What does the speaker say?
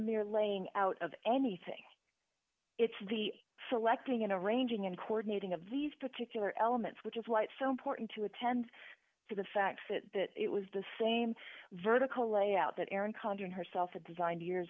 mere laying out of anything it's the selecting in a arranging in coordinating of these particular elements which is why it's so important to attend to the facts it that it was the same vertical layout that aaron conjuring herself a design two years